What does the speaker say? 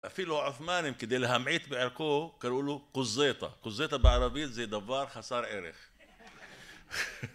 אפילו העות'מאנים כדי להמעיט בערכו קראו לו קוזטה, קוזטה בערבית זה דבר חסר ערך